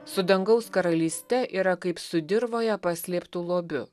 su dangaus karalyste yra kaip su dirvoje paslėptu lobiu